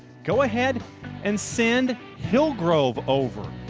go ahead and send hill grove over.